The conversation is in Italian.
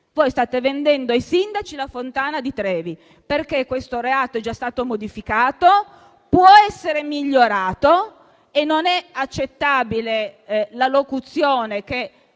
Voi state vendendo ai sindaci la fontana di Trevi, perché questo reato è già stato modificato, può essere migliorato e non è accettabile abolirlo